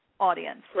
audience